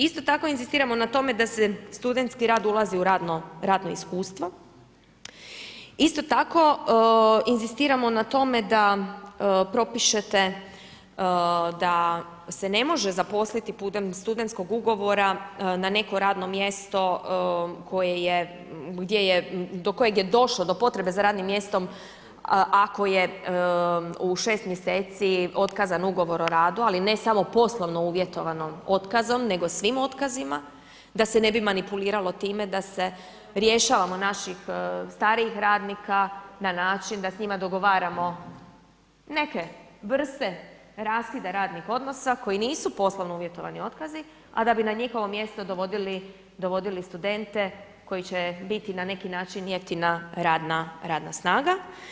Isto tako inzistiramo na tome da se studentski rad ulazi u radno, radno iskustvo, isto tako inzistiramo na tome da propišete da se ne može zaposliti putem studentskog ugovora na neko radno mjesto koje je, gdje je, do kojeg je došlo do potrebe za radnim mjestom ako je u 6 mjeseci otkazan ugovor o radu ali ne samo poslovno uvjetovanim otkazom nego svim otkazima, da se ne bi manipuliralo time da se rješavamo naših starijih radnika na način da s njima dogovaramo neke vrste raskida radnih odnosa koji nisu poslovno uvjetovani otkazi a da bi na njihovo mjesto dovodili studente koji će biti na neki način jeftina radna snaga.